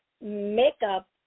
makeup